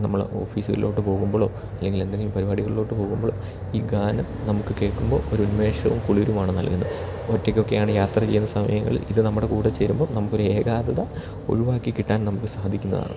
നമ്മൾ ഓഫീസിലോട്ട് പോകുമ്പളോ അല്ലെങ്കിൽ എന്തെങ്കിലും പരിപാടികളിലോട്ട് പോകുമ്പളോ ഈ ഗാനം നമുക്ക് കേൾക്കുമ്പോൾ ഒരു ഉന്മേഷവും കുളിരുമാണ് നൽകുന്നത് ഒറ്റക്ക് ഒക്കെയാണ് യാത്ര ചെയ്യുന്ന സമയങ്ങളിൽ ഇത് നമ്മുടെ കൂടെ ചേരുമ്പോൾ നമുക്ക് ഒരു ഏകാഗ്രത ഒഴിവാക്കി കിട്ടാൻ നമുക്ക് സാധിക്കുന്നതാണ്